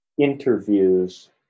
interviews